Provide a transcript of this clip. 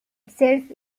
itself